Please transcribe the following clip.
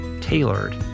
tailored